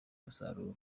umusaruro